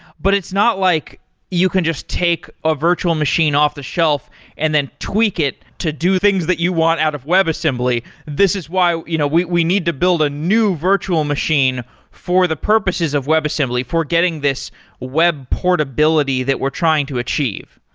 but it's not like you can just take a virtual machine off-the-shelf and then tweak it to do things that you want out of webassembly. this is why you know we we need to build a new virtual machine for the purposes of webassembly, for getting this web portability that we're trying to achieve.